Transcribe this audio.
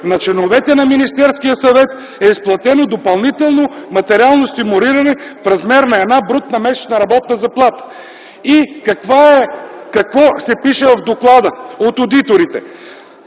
на членовете на Министерския съвет е изплатено допълнително материално стимулиране в размер на една брутна месечна работна заплата.” Какво се пише в доклада от одиторите?